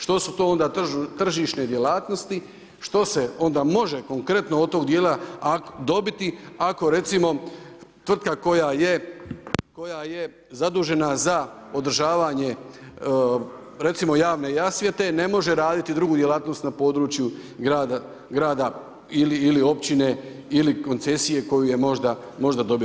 Što su to onda tržišne djelatnosti, što se onda može konkretno od tog dijela dobiti ako recimo tvrtka koja je zadužena za održavanje recimo javne rasvjete ne može raditi drugu djelatnost na području rada ili općine ili koncesije koju je možda dobio.